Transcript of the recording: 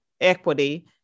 equity